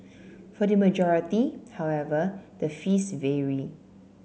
for the majority however the fees vary